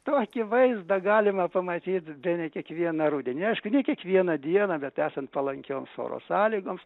tokį vaizdą galima pamatyt bene kiekvieną rudenį aišku ne kiekvieną dieną bet esant palankioms oro sąlygoms